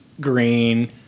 green